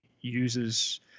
uses